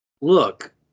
look